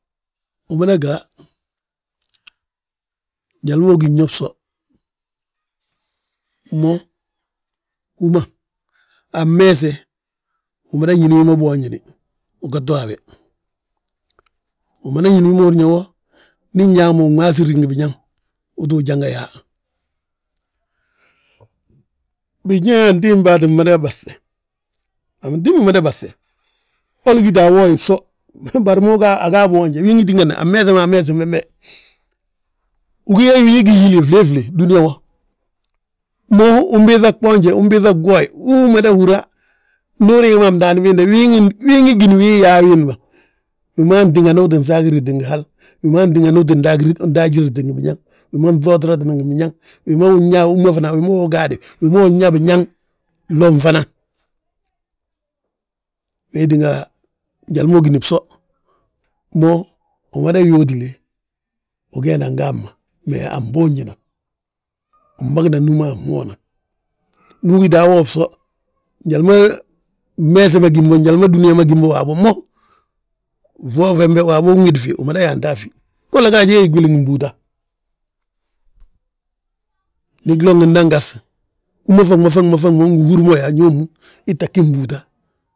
Wi ma ga, njali ma ugín yo bso, mo, hú ma, a mmeese, umada ñíni wi ma boonjini, uga to a we, umada ñíni húri yaa wo, ndi nyaa wi mo winwaasiri ngi biñaŋ uu ttu janga yaa. Bije yaa antimbaa ttim mada baŧe, antimbi mada baŧe holi gíta awooye bso. Ha bari mo aga aboonje, winwi tíngani a meese ma ameesim bembe, wi gí ye wiin giñinle flee flee, dúniyaa wo, mo unbiiŧa gboonje ubiiŧa gwooye, wi mada húra, Ndu uluus mo a mtaandi biinde winwi gíni wi yaa wiindi ma, wi man tíngani utin saagiriti ngi hal, wi mantíngani utin daajiriti ngi biñaŋ, wi ma nŧootratina ngi biñaŋ wi ma unñaa hú ma wi ma ugaade, wi ma unñaa biñaŋ glo gfana. Wee tínga njali ma ugini bso, mo umada yuutile, ugee nan ga hamma, me an boonjina. Win bangina númi anwoona, ndu ugita a wo bso, njali ma mmeese ma gí mbo, njali ma dúniyaa ma gim bo waabo, mo fwoo fembe waabo uwidi fi umada yaanta a fi, golla gaaj ge gí gwili gbúuta, ndi glo giinda gaŧ uma fan ma fan ma ungi húri mo, yaa ño mu, ii tta gí mbúuta.